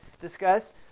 discuss